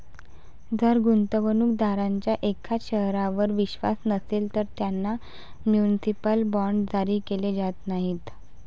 जर गुंतवणूक दारांचा एखाद्या शहरावर विश्वास नसेल, तर त्यांना म्युनिसिपल बॉण्ड्स जारी केले जात नाहीत